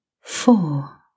four